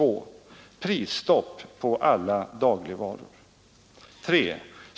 8.